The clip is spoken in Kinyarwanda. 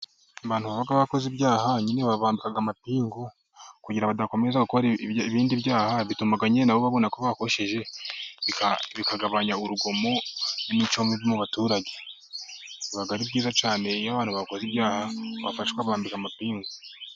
Abantu baba bakoze ibyaha nyine babambika amapingu, kugira badakomeza gukora ibindi byaha, bituma nabo babona ko bakosheje, bikagabanya urugomo, n'imico mibi mu baturage, biba ari byiza cyane iyo abantu bakoze ibyaha bafashwe bakambikwa amapingu.